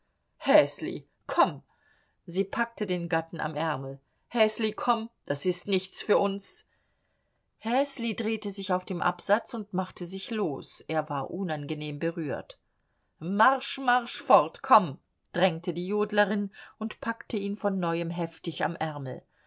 häsli komm sie packte den gatten am ärmel häsli komm das ist nichts für uns häsli drehte sich auf dem absatz und machte sich los er war unangenehm berührt marsch marsch fort komm drängte die jodlerin und packte ihn von neuem heftig am ärmel